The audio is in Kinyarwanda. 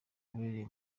wabereye